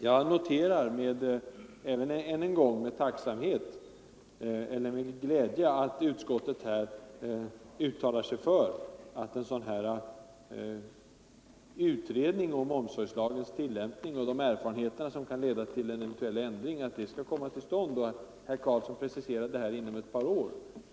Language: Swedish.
Jag noterar än en gång med glädje att utskottet uttalar sig för att en utredning om omsorgslagens tillämpning, och de erfarenheter som kan leda till en eventuell ändring, skall komma till stånd, samt att herr Karlsson preciserade sig och sade att det skulle ske inom ett par år.